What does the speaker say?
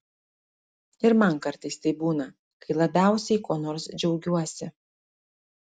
ir man kartais taip būna kai labiausiai kuo nors džiaugiuosi